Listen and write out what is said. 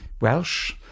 Welsh